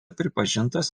pripažintas